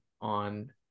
on